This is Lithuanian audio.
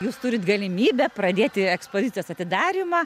jūs turit galimybę pradėti ekspozicijos atidarymą